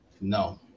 no